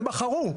הן בחרו.